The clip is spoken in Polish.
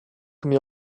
mnie